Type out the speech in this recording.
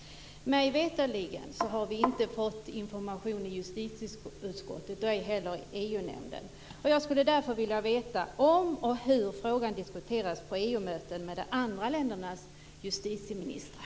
Mig veterligen har vi inte fått information i justitieutskottet, och ej heller i EU-nämnden. Jag skulle därför vilja veta om och hur frågan diskuterats på EU-möten med de andra ländernas justitieministrar.